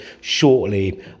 shortly